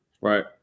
Right